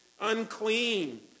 unclean